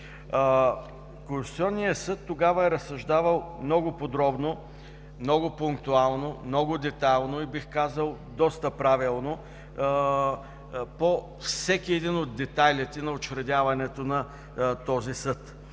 Конституционният съд тогава е разсъждавал много подробно, много пунктуално, много детайлно и, бих казал, доста правилно, по всеки един от детайлите на учредяването на този съд.